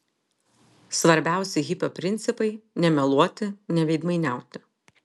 svarbiausi hipio principai nemeluoti neveidmainiauti